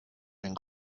and